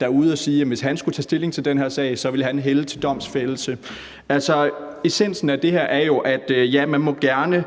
der er ude at sige, at hvis han skulle tage stilling til den her sag, så ville han hælde til domfældelse. Essensen af det her er jo, at ja, man må gerne